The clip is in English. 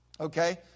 Okay